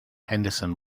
henderson